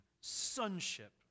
Sonship